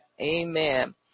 Amen